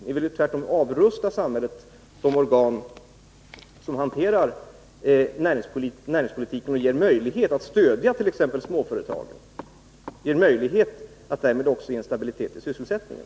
Ni vill ju tvärtom avrusta de organ som hanterar näringspolitiken och ger möjlighet att stödja t.ex. småföretagen och därmed också göra det möjligt att få stabilitet i sysselsättningen.